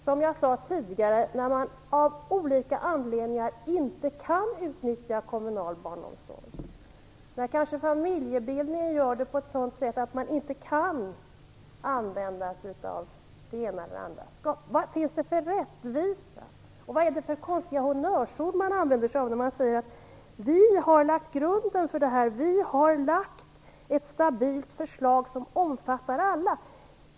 Som jag sade tidigare kan man ibland av olika anledningar inte utnyttja kommunal barnomsorg. Familjebildningen gör kanske att man inte kan använda sig av denna. Vad finns det för rättvisa i detta? Här används konstiga honnörsord som att "vi har lagt grunden för detta genom ett stabilt förslag som omfattar alla".